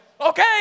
okay